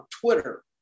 Twitter